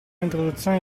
introduzione